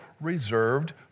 reserved